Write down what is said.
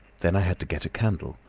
then i had to get a candle.